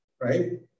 right